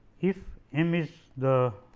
if m is the